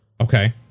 okay